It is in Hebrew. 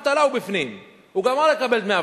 כשהוא מקבל דמי אבטלה,